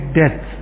death